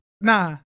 Nah